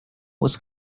was